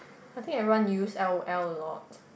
I think everyone use L_O_L a lot